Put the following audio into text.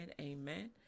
Amen